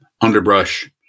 underbrush